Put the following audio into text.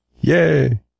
Yay